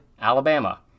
Alabama